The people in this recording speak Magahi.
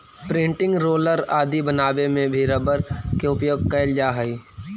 प्रिंटिंग रोलर आदि बनावे में भी रबर के उपयोग कैल जा हइ